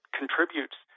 contributes